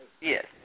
Yes